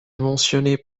mentionnés